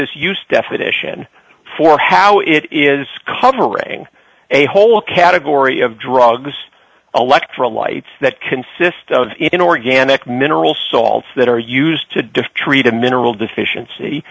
this used definition for how it is covering a whole category of drugs electrolytes that consist of inorganic mineral salts that are used to defeat treat a mineral deficiency